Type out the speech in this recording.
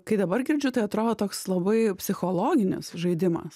kai dabar girdžiu tai atrodo toks labai psichologinis žaidimas